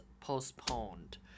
postponed